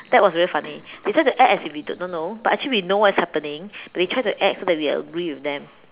that was very funny because we act that as if we do not know but actually we know what is happening but we try to act so that we would agree with them